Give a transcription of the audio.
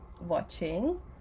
watching